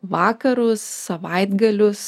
vakarus savaitgalius